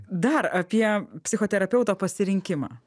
dar apie psichoterapeuto pasirinkimą